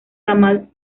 ramal